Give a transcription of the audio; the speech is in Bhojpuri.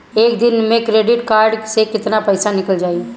एक दिन मे क्रेडिट कार्ड से कितना पैसा निकल जाई?